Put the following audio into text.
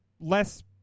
less